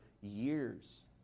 years